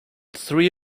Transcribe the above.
three